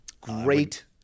great